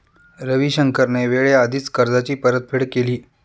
रविशंकरने वेळेआधीच कर्जाची परतफेड केली